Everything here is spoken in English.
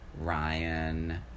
Ryan